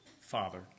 father